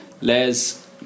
Les